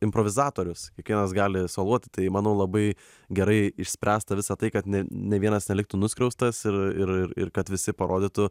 improvizatorius kiekvienas gali soluoti tai manau labai gerai išspręsta visa tai kad nė vienas neliktų nuskriaustas ir ir ir kad visi parodytų